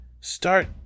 start